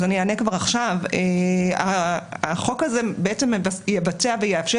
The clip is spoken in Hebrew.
אז אענה כבר עכשיו: החוק בעצם יבצע ויאפשר